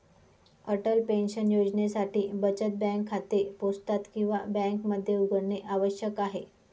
Atal pension योजनेसाठी बचत bank खाते पोस्टात किंवा बँकेमध्ये उघडणे आवश्यक आहे